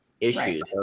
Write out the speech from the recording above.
issues